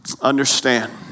Understand